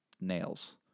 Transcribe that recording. nails